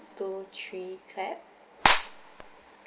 two three clap